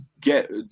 get